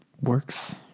works